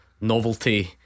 Novelty